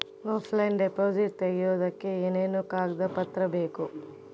Offline deposit ತೆಗಿಯೋದಕ್ಕೆ ಏನೇನು ಕಾಗದ ಪತ್ರ ಬೇಕು?